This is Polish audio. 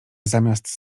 zamiast